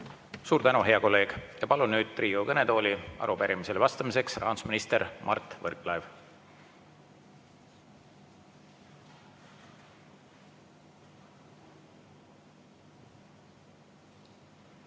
Suur tänu, hea kolleeg! Palun nüüd Riigikogu kõnetooli arupärimisele vastamiseks rahandusminister Mart Võrklaeva.